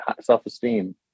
self-esteem